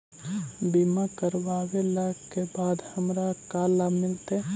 बीमा करवला के बाद हमरा का लाभ मिलतै?